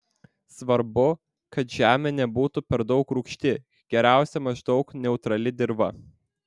svarbu kad žemė nebūtų per daug rūgšti geriausia maždaug neutrali dirva